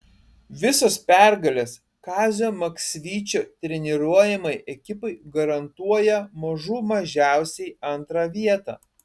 visos pergalės kazio maksvyčio treniruojamai ekipai garantuoja mažų mažiausiai antrą vietą